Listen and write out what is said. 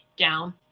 down